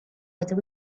whether